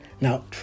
now